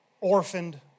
orphaned